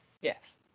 Yes